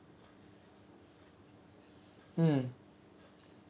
mm